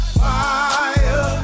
fire